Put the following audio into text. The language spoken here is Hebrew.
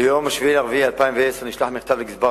ביום 7 באפריל 2010 נשלח מכתב לגזבר